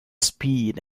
speed